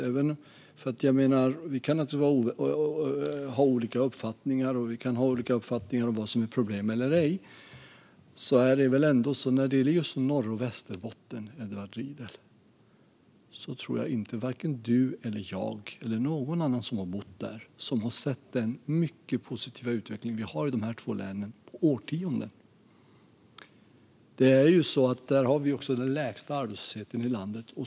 Även om vi naturligtvis kan ha olika uppfattningar om vad som är problem eller ej tror jag att varken Edward Riedl, jag eller någon annan som har bott i Norrbotten eller Västerbotten har sett en så positiv utveckling i de två länen på årtionden. Där har vi också den lägsta arbetslösheten i landet.